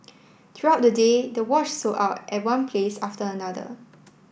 throughout the day the watch sold out at one place after another